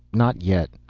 not yet.